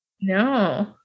No